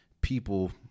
people